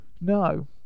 No